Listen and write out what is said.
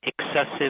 excessive